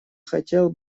хотел